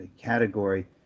category